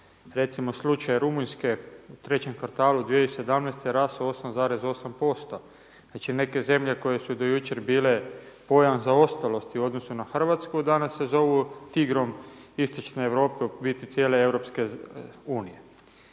recimo slučaj Rumunjske u 3 kvartalu 2017. raso 8,8% znači neke zemlje koje su do jučer bile pojam zaostalosti u odnosu na Hrvatsku danas se zovu tigrom istočne Europe u biti cijele EU. HDZ je